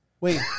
Wait